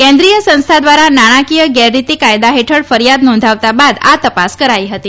કેન્દ્રીય સંસ્થા દ્વારા નાણાંકીય ગેરરીતિ કાયદા હેઠળ ફરીયાદ નોંધાવતા આ તપાસ કરાઈ હતી